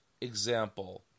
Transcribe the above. example